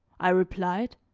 i replied,